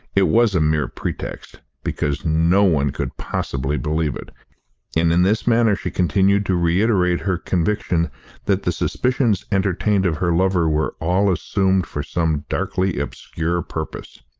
it was a mere pretext, because no one could possibly believe it. and in this manner she continued to reiterate her conviction that the suspicions entertained of her lover were all assumed for some darkly obscure purpose.